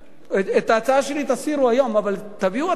את ההצעה שלי תסירו היום, אבל תביאו אתם.